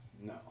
no